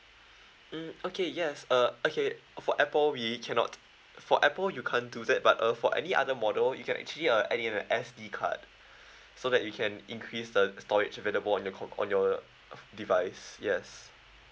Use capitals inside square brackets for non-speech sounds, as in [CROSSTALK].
[BREATH] mm okay yes uh okay for apple we cannot for apple you can't do that but uh for any other model you can actually uh add in an S_D card [BREATH] so that you can increase the storage available on your com~ on your [NOISE] device yes